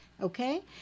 Okay